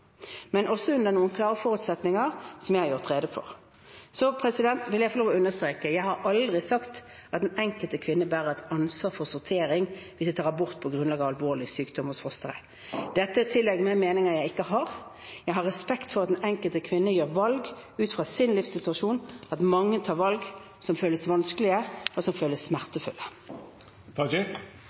men også under noen klare forutsetninger, som jeg har gjort rede for. Så vil jeg få lov å understreke: Jeg har aldri sagt at den enkelte kvinne bærer et ansvar for sortering hvis hun tar abort på grunnlag av alvorlig sykdom hos fosteret. Dette er å tillegge meg meninger jeg ikke har. Jeg har respekt for at den enkelte kvinne gjør et valg ut fra sin livssituasjon, at mange tar valg som føles vanskelige, og som føles